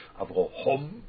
Avrohom